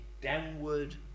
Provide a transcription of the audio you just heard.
downward